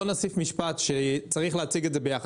אז בוא נוסיף משפט שצריך להציג את זה יחד.